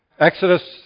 Exodus